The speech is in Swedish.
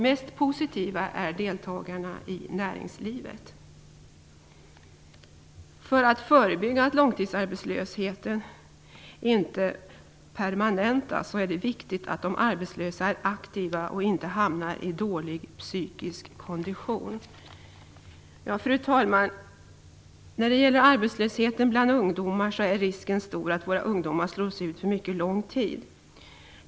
Mest positiva är deltagarna i näringslivet. För att förebygga att långtidsarbetslösheten permanentas är det vikigt att de arbetslösa är aktiva och inte hamnar i dålig psykisk kondition. Fru talman! När det gäller arbetslösheten bland ungdomar är risken stor att våra ungdomar slås ut för mycket lång tid.